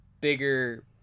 bigger